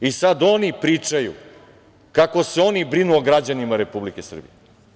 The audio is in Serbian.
I sad oni pričaju kako se oni brinu o građanima Republike Srbije.